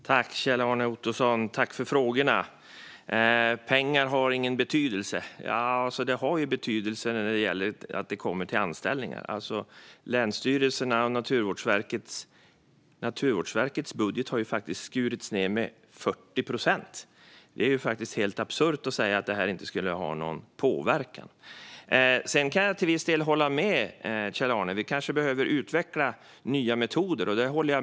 Herr talman! Tack för frågorna, Kjell-Arne Ottosson! Pengar har ingen betydelse - nja, de har ju betydelse när det gäller anställningar. Länsstyrelsernas och Naturvårdsverkets budget har skurits ned med 40 procent, och det är helt absurt att säga att detta inte skulle ha någon påverkan. Jag kan till viss del hålla med Kjell-Arne om att vi kanske behöver utveckla nya metoder.